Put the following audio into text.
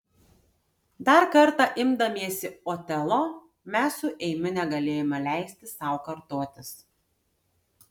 dar kartą imdamiesi otelo mes su eimiu negalėjome leisti sau kartotis